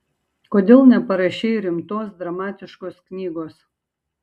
kodėl neparašei rimtos dramatiškos knygos